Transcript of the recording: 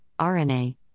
RNA